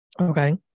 Okay